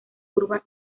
curva